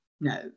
no